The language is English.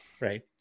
right